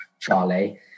Charlie